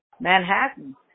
Manhattan